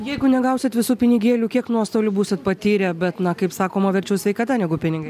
jeigu negausit visų pinigėlių kiek nuostolių būsit patyrę bet na kaip sakoma verčiau sveikata negu pinigai